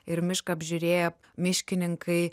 ir mišką apžiūrėję miškininkai